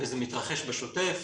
וזה מתרחש בשוטף.